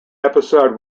episode